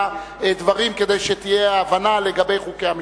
דברים כדי שתהיה הבנה לגבי חוקי המשחק.